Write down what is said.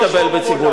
לטענתו,